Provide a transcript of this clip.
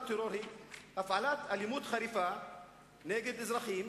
טרור הוא הפעלת אלימות חריפה נגד אזרחים